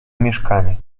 mieszkanie